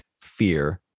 fear